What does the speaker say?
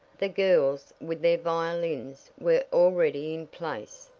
the girls, with their violins, were already in place.